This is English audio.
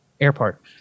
airport